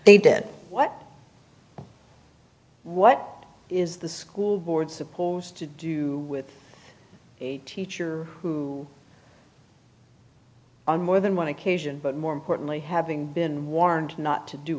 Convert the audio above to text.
they did what what is the school board supposed to do with a teacher who on more than one occasion but more importantly having been warned not to do